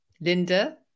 Linda